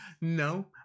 no